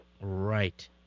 Right